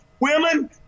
Women